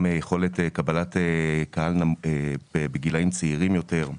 גם יכולת קבלת קהל בגילאים צעירים יותר.